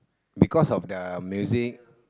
because of the music